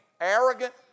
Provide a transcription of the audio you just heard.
arrogant